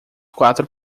quatro